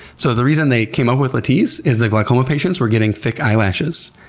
so the reason they came up with latisse is that glaucoma patients were getting thick eyelashes.